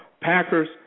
packers